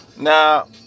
Now